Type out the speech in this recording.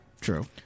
True